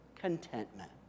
contentment